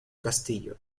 castillo